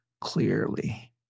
clearly